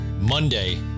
Monday